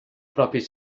propis